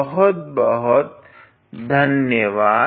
बहुत बहुत धन्यवाद